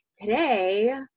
Today